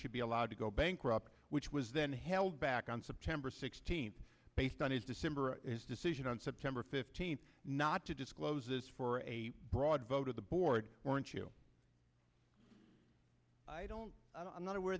should be a law to go bankrupt which was then held back on september sixteenth based on his december decision on september fifteenth not to disclose is for a broad vote of the board weren't you i don't i'm not aware